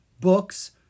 Books